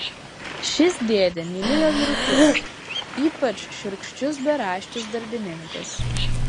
šis dėdė mylėjo vyrukus ypač šiurkščius beraščius darbininkus